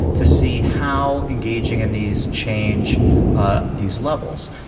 to see how engaging in these change ah these levels.